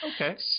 Okay